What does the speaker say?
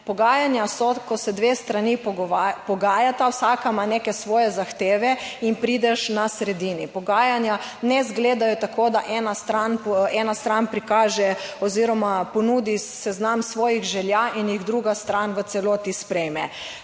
Pogajanja so, ko se dve strani pogajata, vsaka ima neke svoje zahteve in prideš na sredini. Pogajanja ne izgledajo tako, da ena stran, ena stran prikaže oziroma ponudi seznam svojih želja in jih druga stran v celoti sprejme.